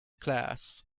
class